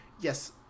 yes